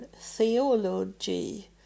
theology